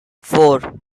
four